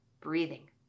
breathing